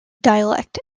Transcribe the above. dialect